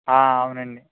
అవునండి